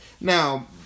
now